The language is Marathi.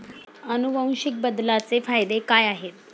अनुवांशिक बदलाचे फायदे काय आहेत?